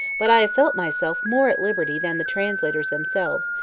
but i have felt myself more at liberty than the translators themselves,